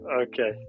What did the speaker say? Okay